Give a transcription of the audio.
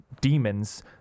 demons